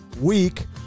week